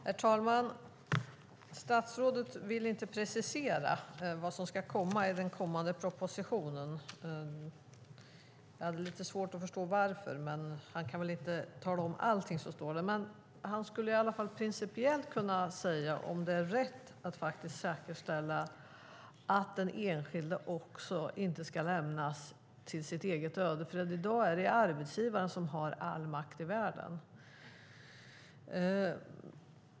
Herr talman! Statsrådet vill inte precisera vad som ska komma i den kommande propositionen. Jag har lite svårt att förstå varför. Han kan väl inte tala om allting som står där, men han skulle i alla fall principiellt kunna säga om det är rätt att säkerställa att den enskilde inte ska lämnas åt sitt öde, för i dag är det arbetsgivaren som har all makt i världen.